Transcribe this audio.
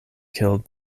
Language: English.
killed